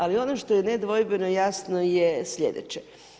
Ali ono što je nedvojbeno jasno je sljedeće.